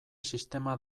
sistema